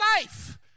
life